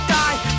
die